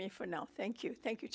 me for now thank you thank you